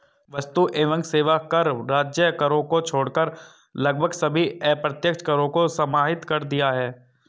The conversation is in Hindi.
वस्तु एवं सेवा कर राज्य करों को छोड़कर लगभग सभी अप्रत्यक्ष करों को समाहित कर दिया है